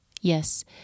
Yes